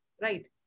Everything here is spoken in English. right